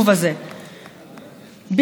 במקום זה,